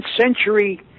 century